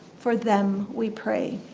for them we pray.